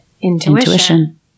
Intuition